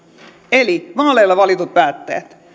eli vaaleilla valitut päättäjät